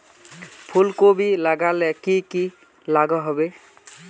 फूलकोबी लगाले की की लागोहो होबे?